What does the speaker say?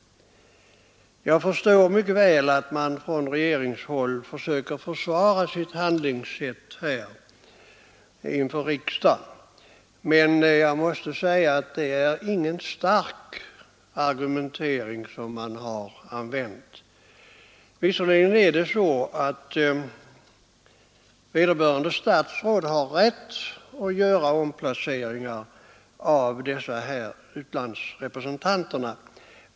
Jag förstår mycket väl att man från regeringshåll försöker försvara sitt handlingssätt här inför riksdagen. Men jag måste säga att det inte är någon stark argumentering som man har använt. Visserligen har vederbörande statsråd rätt att göra omplaceringar av utlandsrepresentanter.